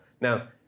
Now